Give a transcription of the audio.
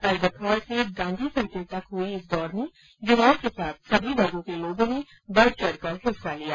Albert Hall से Gandhi circle तक हई इस दौड़ में युवाओं के साथ सभी वर्गो के लोगों ने बढ़चढ़ कर हिस्सा लिया